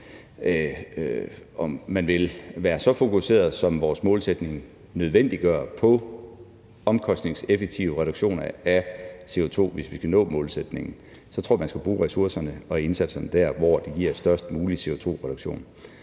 når man vil være så fokuseret, som vores målsætning nødvendiggør, på omkostningseffektive reduktioner af CO2. Og hvis vi skal nå målsætningen, tror jeg, man skal bruge ressourcerne og indsatserne der, hvor de giver størst mulig CO2-reduktion.